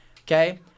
Okay